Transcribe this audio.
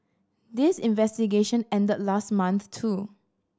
this investigation ended last month too